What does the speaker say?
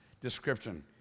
description